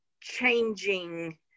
changing